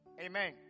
Amen